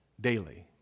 Daily